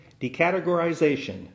Decategorization